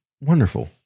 wonderful